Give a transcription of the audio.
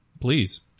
Please